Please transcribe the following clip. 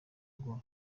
bwa